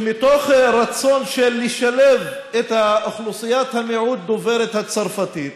שמתוך רצון לשלב את אוכלוסיית המיעוט דוברת הצרפתית